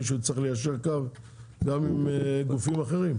שהוא יצטרך ליישר קו גם עם גופים אחרים.